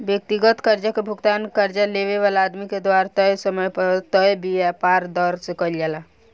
व्यक्तिगत कर्जा के भुगतान कर्जा लेवे वाला आदमी के द्वारा तय समय पर तय ब्याज दर से कईल जाला